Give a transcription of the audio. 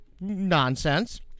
nonsense